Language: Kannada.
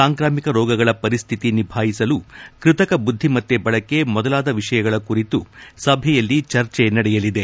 ಸಾಂಕ್ರಾಮಿಕ ರೋಗಗಳ ಪರಿಸ್ತಿತಿ ನಿಭಾಯಿಸಲು ಕೃತಕ ಬುದ್ಧಿಮತ್ತೆ ಬಳಕೆ ಮೊದಲಾದ ವಿಷಯಗಳ ಕುರಿತು ಸಭೆಯಲ್ಲಿ ಚರ್ಚೆ ನಡೆಯಲಿದೆ